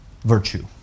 virtue